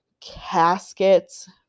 caskets